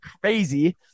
crazy